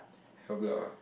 help lah